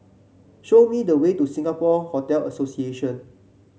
show me the way to Singapore Hotel Association